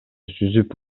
сүзүп